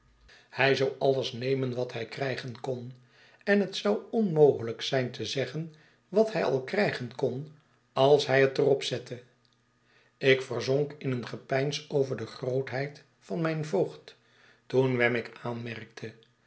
hij zou alles nemen wat hij krijgen kon en het zou onmogelijk zijn te zeggen wat hij al krijgen kon als hij het er op zette ik verzonk in een gepeins over de grootheid van mijn voogd toen wemmick aanmerkte